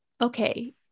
okay